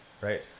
Right